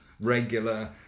regular